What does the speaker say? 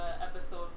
episode